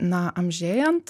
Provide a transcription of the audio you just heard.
na amžėjant